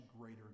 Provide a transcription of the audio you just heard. greater